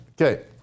Okay